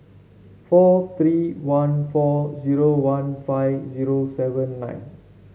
four three one four zero one five zero seven nine